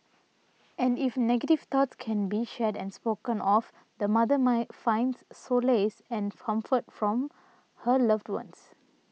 and if negative thoughts can be shared and spoken of the mother my finds solace and comfort from her loved ones